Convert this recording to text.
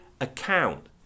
account